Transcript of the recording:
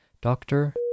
Doctor